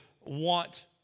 want